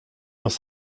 dans